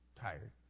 Tired